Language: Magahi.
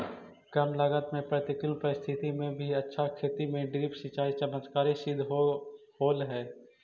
कम लागत में प्रतिकूल परिस्थिति में भी अच्छा खेती में ड्रिप सिंचाई चमत्कारी सिद्ध होल हइ